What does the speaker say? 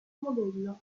modello